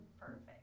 perfect